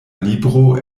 libro